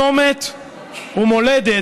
צומת ומולדת,